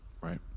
right